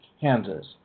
Kansas